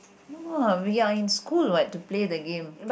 no lah we are in school what to play the game